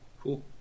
Cool